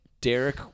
Derek